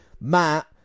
Matt